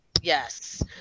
Yes